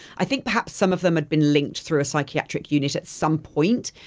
i think perhaps some of them had been linked through a psychiatric unit at some point,